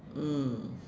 mm